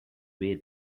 way